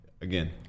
Again